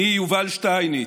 אני, יובל שטייניץ,